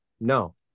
No